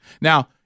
Now